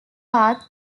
path